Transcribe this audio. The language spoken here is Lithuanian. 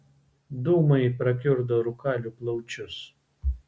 dūmai prakiurdo rūkalių plaučius